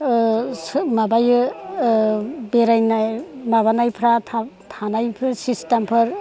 माबायो बेरायनाय माबानायफ्रा थाब थानायफोर सिस्टेमफोर